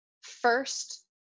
first